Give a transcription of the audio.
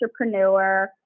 entrepreneur